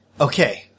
Okay